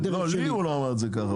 לא, לי הוא לא אמר את זה ככה.